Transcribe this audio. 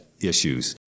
issues